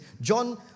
John